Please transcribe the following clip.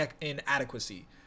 inadequacy